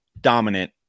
dominant